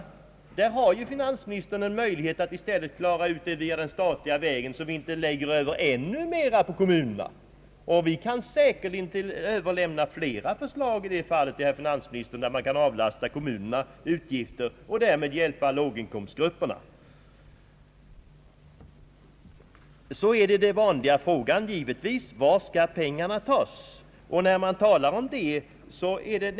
I detta fall har finansministern en möjlighet att låta staten svara för kostnaderna så att det inte vältras över ännu mera kostnader på kommunerna. Vi kan gärna Ööverlämna flera förslag till finansministern som går ut på att kommunerna avlastas kostnader och som innebär att låginkomstgrupperna får hjälp. Vidare har givetvis den vanliga frågan uppstått, nämligen varifrån pengarna skall tas.